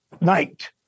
night